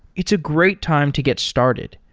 it's a great time to get started.